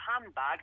handbag